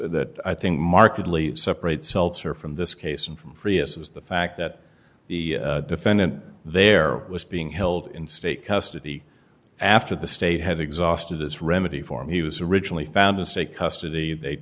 that i think markedly separate seltzer from this case and from frias was the fact that the defendant there was being held in state custody after the state had exhausted its remedy for him he was originally found in state custody they